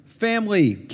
family